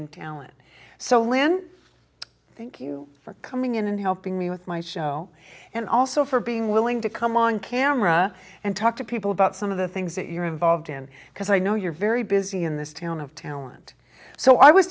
in talent so lynn thank you for coming in and helping me with my show and also for being willing to come on camera and talk to people about some of the things that you're involved in because i know you're very busy in this town of talent so i was